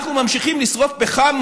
ואנחנו ממשיכים לשרוף פחם,